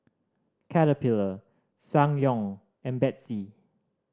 Caterpillar Ssangyong and Betsy